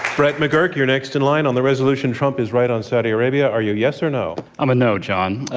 brett mcgurk, you're next in line on the resolution trump is right on saudi arabia. are you a yes or no? i'm a no, john.